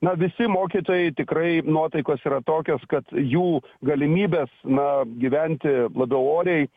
na visi mokytojai tikrai nuotaikos yra tokios kad jų galimybės na gyventi labiau oriai